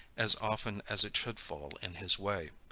as often as it should fall in his way,